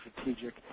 strategic